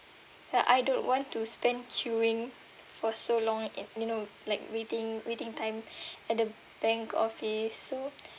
ya I don't want to spend queuing for so long it you know like waiting waiting time at the bank office so